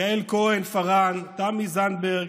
יעל כהן-פארן, תמי זנדברג,